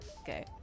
okay